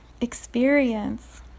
experience